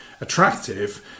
attractive